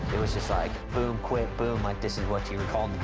it was just like, boom, quit. boom, like this is what you were